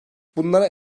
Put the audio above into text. bunlara